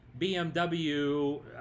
BMW